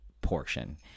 portion